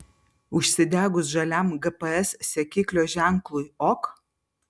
užsidegus žaliam gps sekiklio ženklui ok